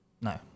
No